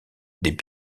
des